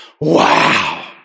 Wow